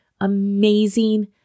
amazing